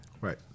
Right